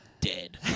Dead